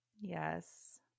yes